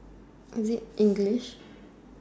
is it English